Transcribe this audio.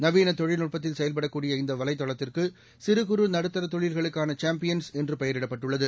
நவீன தொழில்நுட்பத்தில் செயல்படக்கூடிய இந்த வலைதளத்திற்கு சிறு குறு நடுத்தர தொழில்களுக்கான சாம்பியன்ஸ் என்று பெயரிடப்பட்டுள்ளது